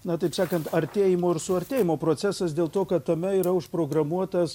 na taip sakant artėjimo ir suartėjimo procesas dėl to kad tame yra užprogramuotas